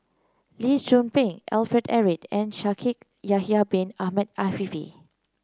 Lee Tzu Pheng Alfred Eric and Shaikh Yahya Bin Ahmed Afifi